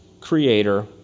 creator